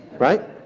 right?